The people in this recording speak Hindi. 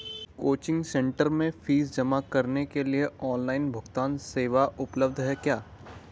कोचिंग सेंटर में फीस जमा करने के लिए ऑनलाइन भुगतान सेवा उपलब्ध है क्या?